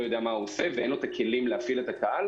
יודע מה הוא עושה ואין לו את הכלים להפעיל את הקהל.